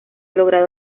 logrado